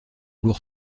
lourd